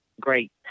Great